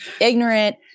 ignorant